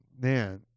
man